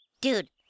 Dude